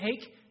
take